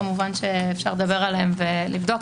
כמובן אפשר לדבר עליהם ולבדוק,